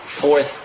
fourth